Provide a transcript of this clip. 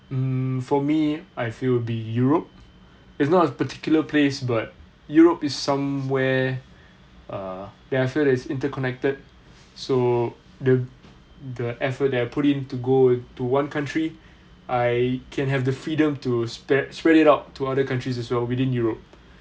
um for me I feel it'll be europe is not a particular place but europe is somewhere err that I feel that is interconnected so the the effort that I put in to to go to one country I can have the freedom to spr~ spread it out to other countries as well within europe